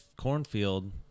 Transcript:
cornfield